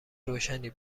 روشنی